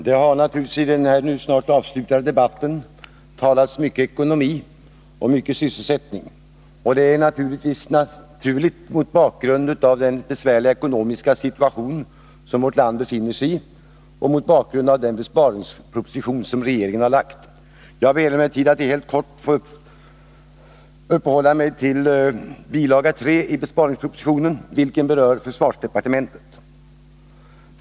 Herr talman! I denna nu snart avslutade debatt har det talats mycket om ekonomi och sysselsättning. Det är naturligt mot bakgrunden av den besvärliga ekonomiska situation som vårt land befinner sig i och mot bakgrunden av den besparingsproposition som regeringen har framlagt. Jag skall helt kort uppehålla mig vid bilaga 3 till besparingspropositionen, vilken bilaga berör försvarsdepartementet.